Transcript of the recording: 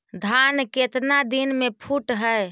धान केतना दिन में फुट है?